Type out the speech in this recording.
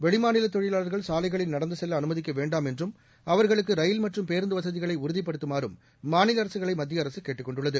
வெளிமாநில தொழிலாளர்கள் சாலைகளில் நடந்து செல்ல அனுமதிக்க வேண்டாம் என்றும் அவர்களுக்கு ரயில் மற்றும்பேருந்து வசதிகளை உறுதிபடுத்துமாறும் மாநில அரசுகளை மத்திய அரசு கேட்டுக் கொண்டுள்ளது